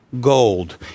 gold